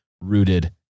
rooted